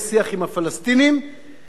הוא אינטרס חשוב מאוד.